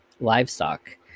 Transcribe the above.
livestock